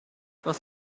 was